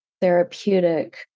therapeutic